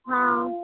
हाँ